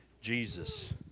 Jesus